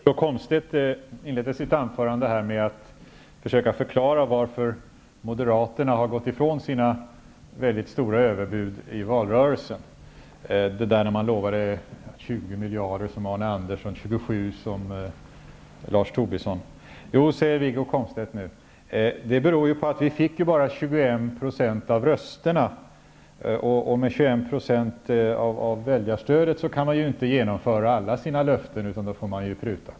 Herr talman! Wiggo Komstedt inledde sitt anförande med att försöka förklara varför moderaterna har gått ifrån de mycket stora överbud som lämnades i valrörelsen, när man som Arne Tobisson 27 miljarder. Nu säger Wiggo Komstedt: Det beror på att vi bara fick 21 % av rösterna, och med 21 % av väljarstödet kan man inte genomföra alla sina löften, utan då får man pruta.